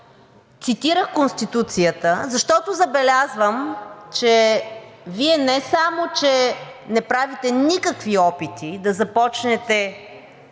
цитирах Конституцията, защото забелязвам, че Вие не само че не правите никакви опити да започнете